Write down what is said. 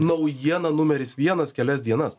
naujiena numeris vienas kelias dienas